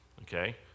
okay